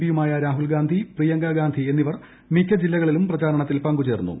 പിയുമായ രാഹുൽ ഗാന്ധി പ്രിയങ്കാ ഗാന്ധി എന്നിവർ മിക്ക ജില്ലകളിലും പ്രചാരണത്തിൽ പങ്കുചേർന്നു